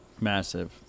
massive